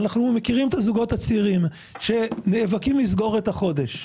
אנחנו מכירים את הזוגות הצעירים שנאבקים לסגור את החודש.